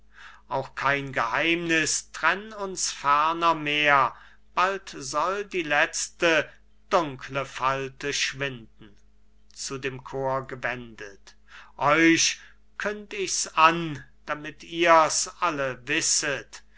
auch kein geheimniß trenn uns ferner mehr bald soll die letzte dunkle falte schwinden zu dem chor gewendet euch künd ich's an damit ihr's alle wisset